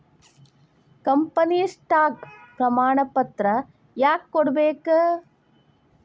company stock ಪ್ರಮಾಣಪತ್ರ ಯಾಕ ಕೊಡ್ಬೇಕ್